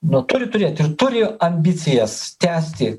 nu turi turėt ir turi ambicijas tęsti